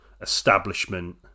establishment